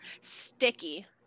Sticky